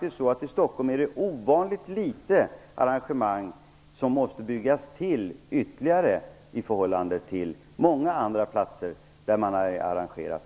I Stockholm är det faktiskt ovanligt litet som måste byggas ytterligare i jämförelse med många andra platser där man har arrangerat